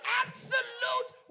absolute